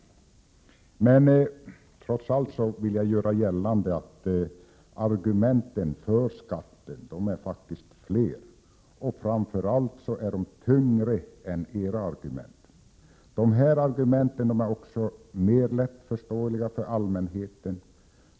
Jag vill trots allt göra gällande att argumenten för skatten faktiskt är fler och framför allt tyngre än era argument emot den. De är också mer lättförståeliga för allmänheten.